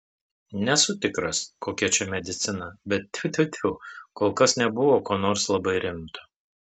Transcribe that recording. nesu tikras kokia čia medicina bet tfu tfu tfu kol kas nebuvo ko nors labai rimto